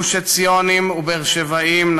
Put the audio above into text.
גוש-עציונים ובאר-שבעים,